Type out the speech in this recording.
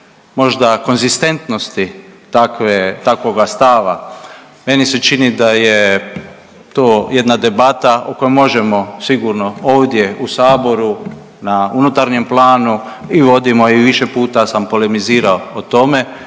možda konzistentnosti takve, takvoga stava meni se čini da je to jedna debata o kojoj možemo sigurno ovdje u saboru na unutarnjem planu i vodimo ju i više puta sam polemizirao o tome